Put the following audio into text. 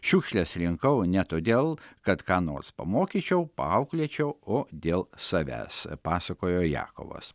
šiukšles rinkau ne todėl kad ką nors pamokyčiau paauklėčiau o dėl savęs pasakojo jakovas